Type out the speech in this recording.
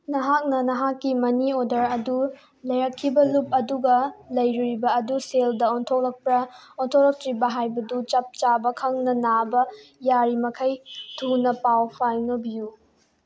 ꯅꯍꯥꯛꯅ ꯅꯍꯥꯛꯀꯤ money order ꯑꯗꯨ ꯂꯩꯔꯛꯈꯤꯕ ꯂꯨꯞ ꯑꯗꯨꯒ ꯂꯩꯔꯨꯔꯤꯕ ꯑꯗꯨ ꯁꯦꯜꯗ ꯑꯣꯟꯊꯣꯛꯂꯄ꯭ꯔꯥ ꯑꯣꯟꯊꯣꯛꯂꯛꯇ꯭ꯔꯤꯕ ꯍꯥꯏꯕꯗꯨ ꯆꯞ ꯆꯥꯕ ꯈꯪꯅꯅꯕ ꯌꯥꯔꯤꯃꯈꯩ ꯊꯨꯅ ꯄꯥꯎ ꯐꯥꯎꯅꯕꯤꯌꯨ